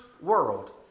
world